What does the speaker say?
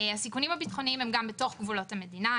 הסיכונים הביטחוניים הם בתוך גבולות המדינה.